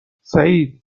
سعید